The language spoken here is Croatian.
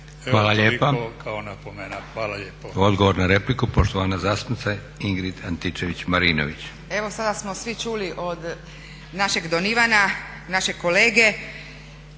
Josip (SDP)** Odgovor na repliku poštovana zastupnica Ingrid Antičević-Marinović.